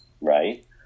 right